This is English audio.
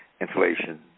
Inflation